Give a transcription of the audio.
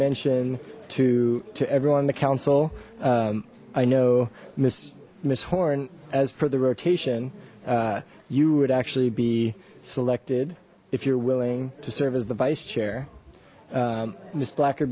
mention to to everyone the council i know miss miss horn as per the rotation you would actually be selected if you're willing to serve as the vice chair this black